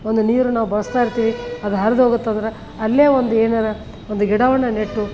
ಒಂದು ನೀರು ನಾವು ಬಳಸ್ತಾ ಇರ್ತೀವಿ ಅದು ಹರ್ದೋಗುತ್ತಂದ್ರೆ ಅಲ್ಲೇ ಒಂದು ಏನಾರೂ ಒಂದು ಗಿಡವನ್ನು ನೆಟ್ಟು